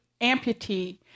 amputee